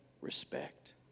respect